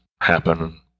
happen